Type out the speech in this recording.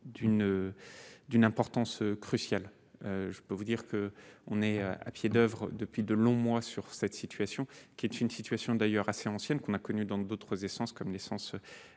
d'une importance cruciale, je peux vous dire qu'on est à pied d'oeuvre depuis de longs mois sur cette situation qui est une situation d'ailleurs assez ancienne, qu'on a connu dans d'autres essences comme l'essence